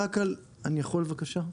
אני יכול, בבקשה?